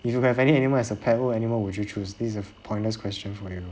if you have any animal as a pet what animal would you choose this is a pointless question for you